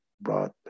brought